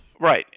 Right